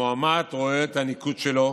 המועמד רואה את הניקוד שלו